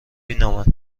مینامد